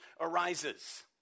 arises